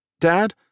Dad